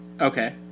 Okay